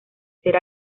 ser